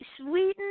Sweden